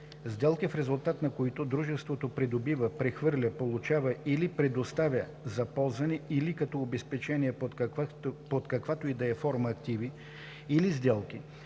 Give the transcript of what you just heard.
„Сделки, в резултат на които дружеството придобива, прехвърля, получава или предоставя за ползване или като обезпечение под каквато и да е форма активи; или сделки,